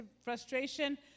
frustration